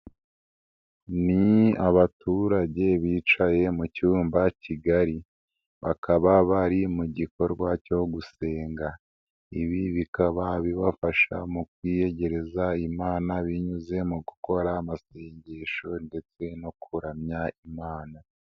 Ni abaturage bicaye mu cyumba kigari, bakaba bari mu gikorwa cyo gusenga. Ibi bikaba bibafasha mu kwiyegereza Imana binyuze mu gukora amasengesho ndetse no kuramya Imana.